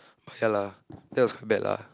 but ya lah that was quite bad lah